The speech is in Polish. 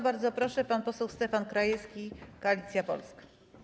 Bardzo proszę, pan poseł Stefan Krajewski, Koalicja Polska.